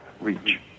reach